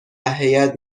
هیات